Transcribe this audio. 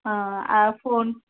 phone